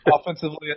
Offensively